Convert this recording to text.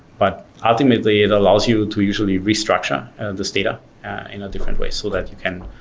but ultimately, it allows you to usually restructure this data in a different way so that you can